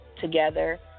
together